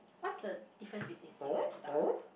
what's the difference between single and double